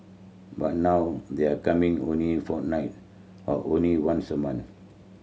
but now they're coming only fortnight or only once a month